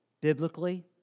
biblically